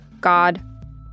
God